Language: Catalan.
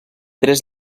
tres